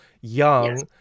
young